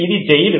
ఇది జైలు